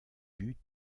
buts